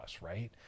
right